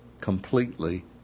completely